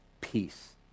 peace